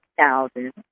thousand